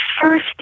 first